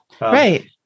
right